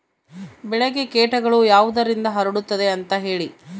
ಬೆಳೆಗೆ ಕೇಟಗಳು ಯಾವುದರಿಂದ ಹರಡುತ್ತದೆ ಅಂತಾ ಹೇಳಿ?